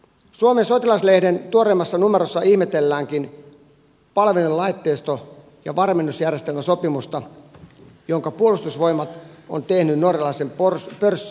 suomen sotilas lehden tuoreimmassa numerossa ihmetelläänkin palvelinlaitteisto ja varmennusjärjestelmän sopimusta jonka puolustusvoimat on tehnyt norjalaisen pörssiyhtiön kanssa